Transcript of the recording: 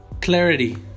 clarity